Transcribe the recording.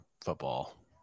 football